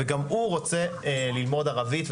וגם הוא רוצה ללמוד ערבית,